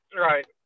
Right